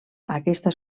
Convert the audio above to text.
aquesta